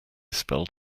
spelled